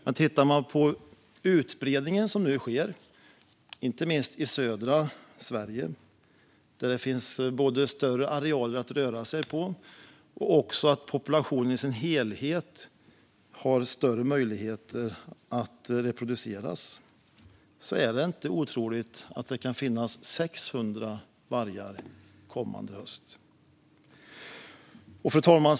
Men utifrån den utbredning som nu sker, inte minst i södra Sverige där det finns både större arealer att röra sig på och där populationen i sin helhet har större möjligheter att reproducera sig, är det inte otroligt att det kan finnas 600 vargar kommande höst. Fru talman!